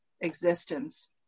existence